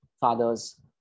father's